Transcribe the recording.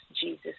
Jesus